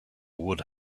would